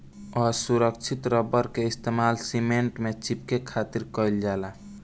असुरक्षित रबड़ के इस्तेमाल सीमेंट में चिपके खातिर कईल जाला